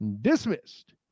dismissed